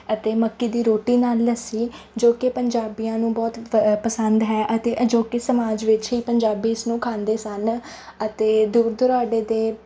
ਅਤੇ ਮੱਕੀ ਦੀ ਰੋਟੀ ਨਾਲ ਲੱਸੀ ਜੋ ਕਿ ਪੰਜਾਬੀਆਂ ਨੂੰ ਬਹੁਤ ਪਸੰਦ ਹੈ ਅਤੇ ਅਜੋਕੇ ਸਮਾਜ ਵਿੱਚ ਹੀ ਪੰਜਾਬੀ ਇਸ ਨੂੰ ਖਾਂਦੇ ਸਨ ਅਤੇ ਦੂਰ ਦੁਰਾਡੇ ਦੇ